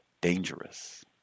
dangerous